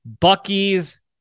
Bucky's